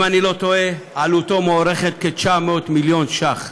אם אני לא טועה, עלותו מוערכת ב-900 מיליון ש"ח,